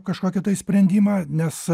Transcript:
kažkokį sprendimą nes